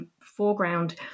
foreground